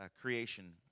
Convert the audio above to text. creation